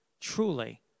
truly